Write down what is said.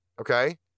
okay